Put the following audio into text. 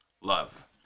love